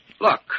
Look